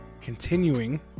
Continuing